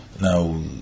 Now